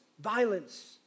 violence